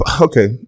Okay